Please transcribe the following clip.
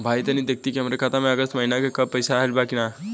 भईया तनि देखती की हमरे खाता मे अगस्त महीना में क पैसा आईल बा की ना?